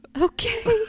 Okay